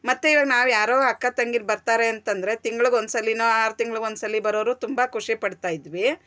ಮತ್ತೆ ಇವಾಗ ನಾವು ಯಾರೋ ಅಕ್ಕ ತಂಗಿರು ಬರ್ತಾರೆ ಅಂತಂದ್ರೆ ತಿಂಗ್ಳಿಗೆ ಒಂದು ಸಲವೋ ಆರು ತಿಂಗ್ಳಿಗೆ ಒಂದು ಸಲ ಬರೋರು ತುಂಬಾ ಖುಷಿ ಪಡ್ತಾ ಇದ್ವಿ